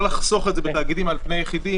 לחסוך את זה בתאגידים על פני יחידים,